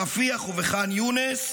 ברפיח ובח'אן יונס,